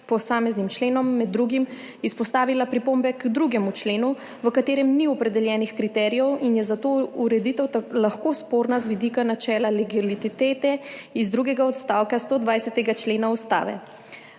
posameznim členom med drugim izpostavila pripombe k 2. členu, v katerem ni opredeljenih kriterijev in je zato ureditev lahko sporna z vidika načela legalitete iz 2. odstavka 120. člena Ustave.